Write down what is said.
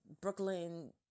Brooklyn